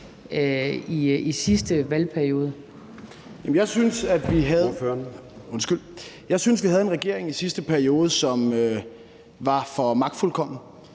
Morten Dahlin (V): Jeg synes, vi havde en regering i sidste periode, som var for magtfuldkommen,